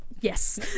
yes